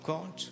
God